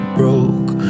broke